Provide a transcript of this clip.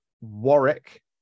Warwick